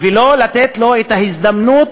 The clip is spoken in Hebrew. ולא לתת לו הזדמנות